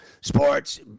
Sports